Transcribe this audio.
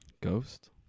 Ghost